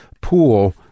pool